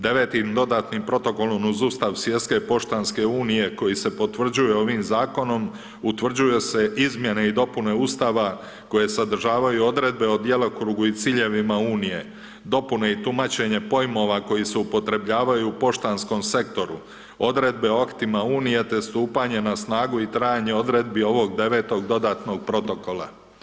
Devetim dodatnim protokolom uz Ustav Svjetske poštanske unije koji se potvrđuje ovim zakonom, utvrđuje se izmjene i dopune Ustava koje sadržavaju odredbe o djelokrugu i ciljevima unije, dopune i tumačenje pojmova koji se upotrebljavaju u poštanskom sektoru, odredbe o aktima unije te stupanjem na snagu i trajanje odredbi ovog Devetog dodatnog protokola.